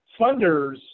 funders